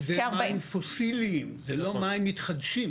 זה מים פוסיליים, זה לא מים מתחדשים.